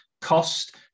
cost